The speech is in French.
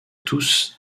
tous